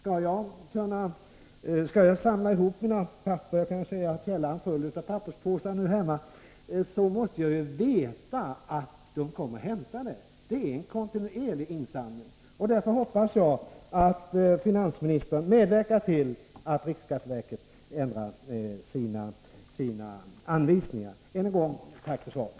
Om jag skall samla källaren full med papperspåsar, måste jag ju veta att någon kommer och hämtar. Det blir en kontinuerlig insamling. Jag hoppas alltså att finansministern medverkar till att riksskatteverket ändrar sina anvisningar. Än en gång: Tack för svaret!